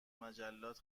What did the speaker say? مجلات